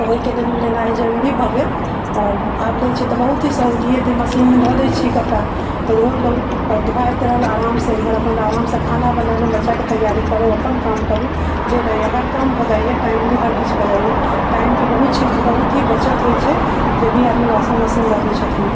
तऽ ओहिके लेल लेनाइ जरूरी भऽ गेल आओर आब लै छी तऽ बहुत ही सहूलियत अय मशीनमे धऽ दै छी कपड़ा तऽ धोलहुॅं धोआयत रहल आराम से एमहर अपन आराम से खाना बनेलहुॅं बच्चा के तैयारी करू अपन काम करू जे हर काम भऽ जाइया टाइमली हर किछु भऽ जाइया टाइमके बहुत ही बचत होइ छै जे भी आदमी वॉशिंग मशीन लऽ लै छथिन तऽ